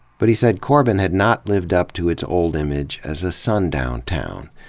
but he said corbin had not lived up to its o ld image as a sundown town,